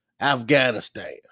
Afghanistan